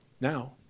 now